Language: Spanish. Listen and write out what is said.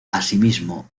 asimismo